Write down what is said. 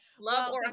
Love